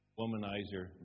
womanizer